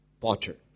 potter